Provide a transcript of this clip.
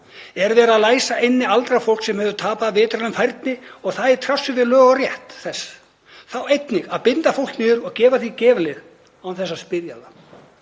er verið að læsa inni aldrað fólk sem hefur tapað vitrænni færni og það í trássi við lög og rétt þess og þá er einnig verið að binda fólk og gefa því geðlyf án þess að spyrja það.